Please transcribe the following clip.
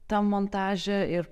tam montaže ir